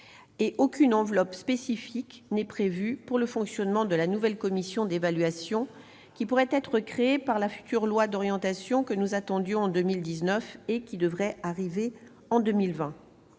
et aucune enveloppe spécifique n'est prévue pour le fonctionnement de la nouvelle commission d'évaluation qui pourrait être créée par la future loi d'orientation que nous attendions en 2019, et qui devrait arriver en 2020.